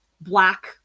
black